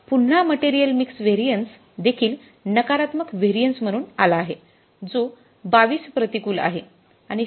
पुन्हा material mix variance देखील नकारात्मक व्हॅरियन्स म्हणून आला आहे जो 22 प्रतिकूल आहे